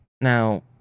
now